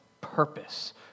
purpose